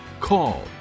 call